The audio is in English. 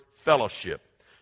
fellowship